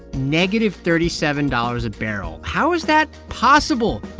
negative thirty seven dollars a barrel. how is that possible?